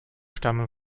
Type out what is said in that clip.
stammen